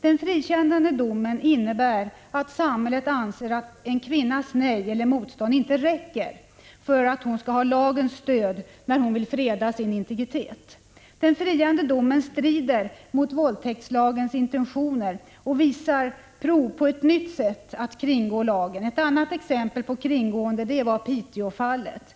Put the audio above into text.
Den frikännande domen innebär att samhället anser att en kvinnas nej eller motstånd inte räcker för att hon skall ha lagens stöd när hon vill freda sin integritet. Den friande domen strider mot våldtäktslagens intentioner och visar prov på ett nytt sätt att kringgå lagen. Ett annat exempel på kringgående var Piteåfallet.